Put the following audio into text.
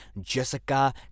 Jessica